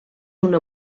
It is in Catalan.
una